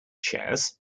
shares